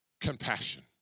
Compassion